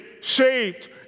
shaped